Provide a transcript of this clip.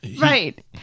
Right